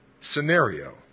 scenario